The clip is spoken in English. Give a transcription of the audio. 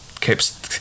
keeps